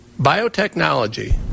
biotechnology